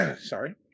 Sorry